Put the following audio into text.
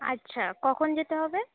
আচ্ছা কখন যেতে হবে